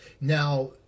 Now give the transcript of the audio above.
Now